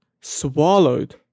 swallowed